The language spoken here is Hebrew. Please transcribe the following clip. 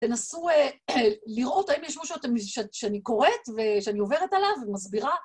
תנסו לראות, האם יש משהו שאני קוראת ושאני עוברת עליו ומסבירה?